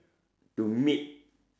to meet